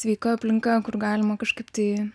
sveika aplinka kur galima kažkaip tai